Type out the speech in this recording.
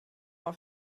auf